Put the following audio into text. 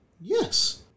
Yes